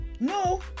no